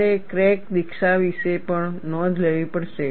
તમારે ક્રેક દીક્ષા વિશે પણ નોંધ લેવી પડશે